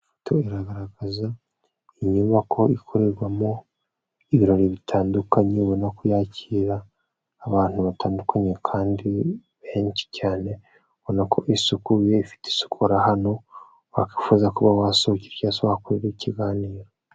Ifoto iragaragaza inyubako ikorerwamo ibirori bitandukanye, ubona no kuyakira abantu batandukanye kandi benshi cyane, ubona ko isukuye ifite isukura, ahantu wakwifuza kuba wasohokerayo cyangwa se wakorera ikiganiro.